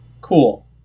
cool